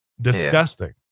disgusting